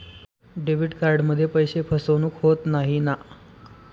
Debit कार्डमध्ये पैसे फसवणूक होत नाही ना?